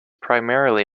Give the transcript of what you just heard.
primarily